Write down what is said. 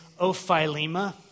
ophilema